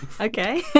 Okay